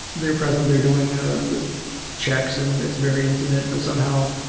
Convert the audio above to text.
they're present. they're doing ah the checks, and it's very intimate. but somehow,